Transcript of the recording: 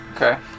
Okay